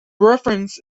reference